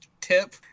tip